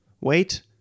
Wait